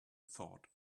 thought